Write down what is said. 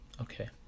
okay